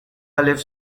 lives